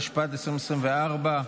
התשפ"ד 2024,